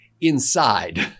inside